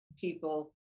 people